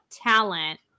talent